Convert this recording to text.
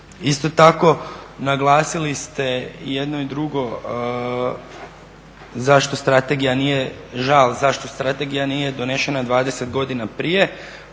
Isto tako naglasili ste jedno i drugo, žal zašto strategija nije donesena 20 godina prije